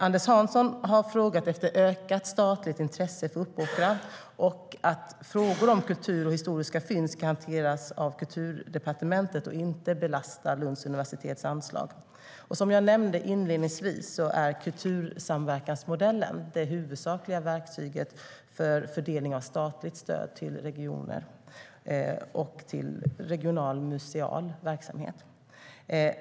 Anders Hansson har frågat efter ökat statligt intresse för Uppåkra och att frågor om kultur och historiska fynd ska hanteras av Kulturdepartementet och inte belasta Lunds universitets anslag. Som jag nämnde inledningsvis är kultursamverkansmodellen det huvudsakliga verktyget för fördelning av statligt stöd till regioner och till regional museal verksamhet.